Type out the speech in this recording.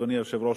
אדוני היושב-ראש,